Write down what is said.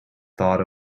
thought